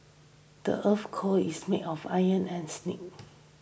the earth's core is made of iron and nickel